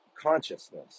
consciousness